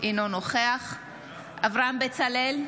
אינו נוכח אברהם בצלאל,